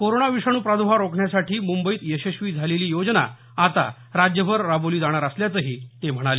corona विषाणू प्रादुर्भाव रोखण्यासाठी मुंबईत यशस्वी झालेली योजना आता राज्यभर राबवली जाणार असल्याची माहिती त्यांनी दिली